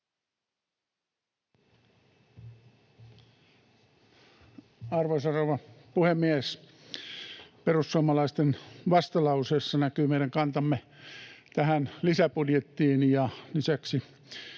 Arvoisa rouva puhemies! Perussuomalaisten vastalauseessa näkyy meidän kantamme tähän lisäbudjettiin, ja lisäksi